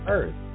Earth